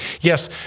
Yes